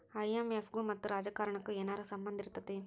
IMF ಗು ಮತ್ತ ರಾಜಕಾರಣಕ್ಕು ಏನರ ಸಂಭಂದಿರ್ತೇತಿ?